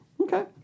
okay